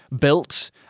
built